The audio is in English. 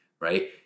Right